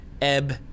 Ebb